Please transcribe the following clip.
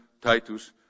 Titus